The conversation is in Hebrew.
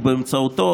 ובאמצעותו,